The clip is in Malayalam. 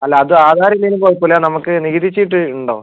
അല്ല അത് ആധാരം ഇല്ലെങ്കിലും കുഴപ്പില്ല നമുക്ക് നികുതി ചീട്ട് ഉണ്ടോ